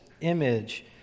image